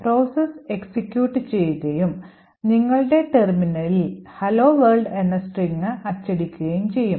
process execute ചെയ്യുകയും നിങ്ങളുടെ ടെർമിനലിൽ "Hello World" എന്ന സ്ട്രിംഗ് അച്ചടിക്കുകയും ചെയ്യും